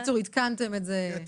בקיצור, עדכנתם את זה למאה ה-21.